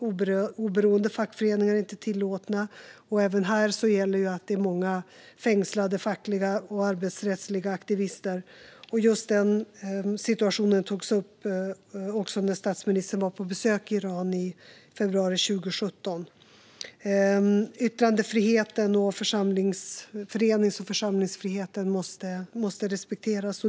Oberoende fackföreningar är inte tillåtna, och även här gäller att många fackliga och arbetsrättsliga aktivister är fängslade. Just den situationen togs upp också när statsministern var på besök i Iran i februari 2017. Yttrandefriheten och förenings och församlingsfriheten måste respekteras.